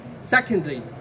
Secondly